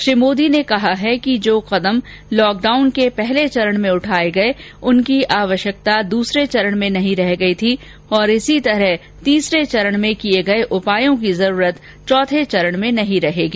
श्री मोदी ने कहा है कि जो कदम लॉकडाउन के पहले चरण में उठाए गए उनकी आवश्यकता दूसरे चरण में नहीं रह गई थी और इसी तरह तीसरे चरण में किए गए उपायों की जरूरत चौथे चरण में नहीं रहेगी